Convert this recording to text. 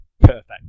perfect